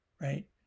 right